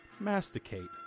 masticate